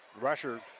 Rusher